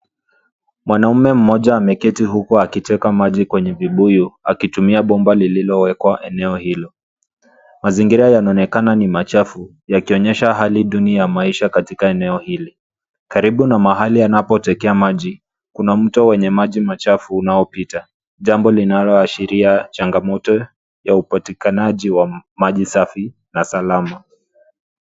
Mwanamume mmoja ameketi huko akiteka maji kwenye vibuyu, akitumia bomba lililowekwa eneo hilo. Mazingira yanaonekana ni machafu, yakionyesha hali duni ya maisha katika eneo hili. Karibu na mahali anapotekea maji, kuna mto wenye maji machafu unaopita. Jambo linaloashiria changamoto ya upatikanaji wa maji safi, na salama.